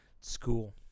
school